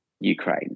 Ukraine